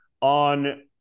on